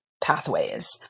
pathways